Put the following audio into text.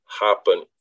happen